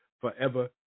forever